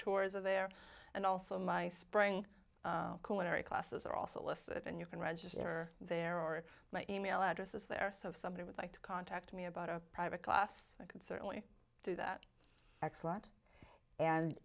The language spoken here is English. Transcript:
tours of there and also my spring coronary classes are also listed and you can register there or my email address is there so if somebody would like to contact me about a private class i could certainly do that excellent and